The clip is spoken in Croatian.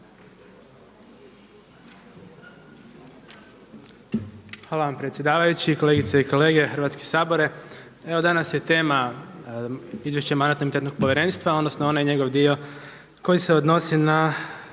Hvala vam predsjedavajući. Kolegice i kolege, Hrvatski sabore. Evo danas je tema Izvješće Mandatno-imunitetno povjerenstva odnosno onaj dio koji se odnosi na